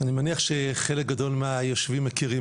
אני מניח שחלק גדול מהיושבים מכירים